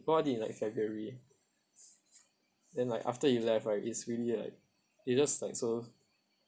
born in like february then like after he left right it's really like it's just like so